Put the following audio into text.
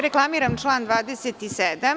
Reklamiram član 27.